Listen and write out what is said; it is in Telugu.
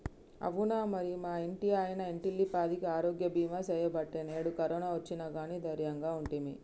అవునా మరి మా ఇంటాయన ఇంటిల్లిపాదికి ఆరోగ్య బీమా సేయబట్టి నేడు కరోనా ఒచ్చిన గానీ దైర్యంగా ఉంటిమి